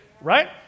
right